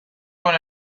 con